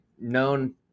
known